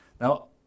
Now